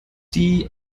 die